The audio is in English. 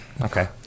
okay